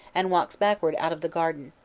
and walks backward out of the garden.